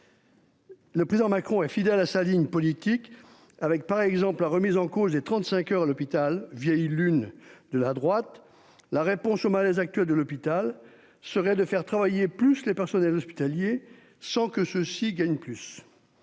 Le plusieurs Macron et fidèle à sa ligne politique avec par exemple la remise en cause des 35 heures à l'hôpital vieilles lunes de la droite, la réponse au malaise actuel de l'hôpital serait de faire travailler plus les personnels hospitaliers sans que ceux-ci gagnent plus.